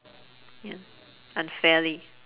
ya unfairly